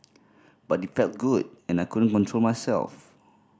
but it felt good and I couldn't control myself